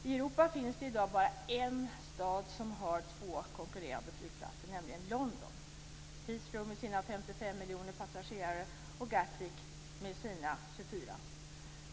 I Europa finns det i dag bara en stad som har två konkurrerande flygplatser, nämligen London: Heathrow med sina 55 miljoner passagerare och Gatwick med sina 24 miljoner passagerare.